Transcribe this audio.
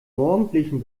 morgendlichen